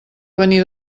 venir